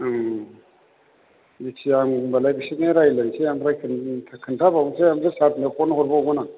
जेखिजाया आं होनबालाय बेसोरजों रायज्लायनोसै ओमफ्राय खोनथाबावनोसै ओमफ्राय सारनो फन हरबावगोन आं